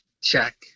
check